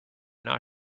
not